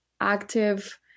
active